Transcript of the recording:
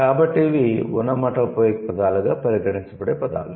కాబట్టి ఇవి ఒనోమాటోపోయిక్ పదాలుగా పరిగణించబడే పదాలు